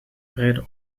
brede